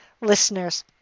listeners